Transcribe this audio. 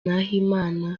nahimana